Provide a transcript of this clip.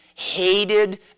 hated